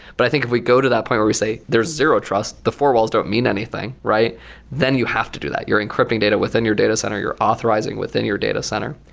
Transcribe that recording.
but i think if we go to that point where we say, there's zero trust. the four walls don't mean anything, then you have to do that. you're encrypting data within your data center. you're authorizing within your data center.